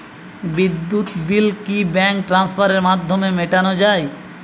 বিদ্যুৎ বিল কি ব্যাঙ্ক ট্রান্সফারের মাধ্যমে মেটানো য়ায়?